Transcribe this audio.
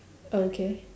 okay